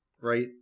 Right